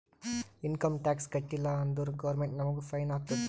income tax ಕಟ್ಟೀಲ ಅಂದುರ್ government ನಮುಗ್ ಫೈನ್ ಹಾಕ್ತುದ್